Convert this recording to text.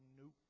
nope